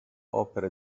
opera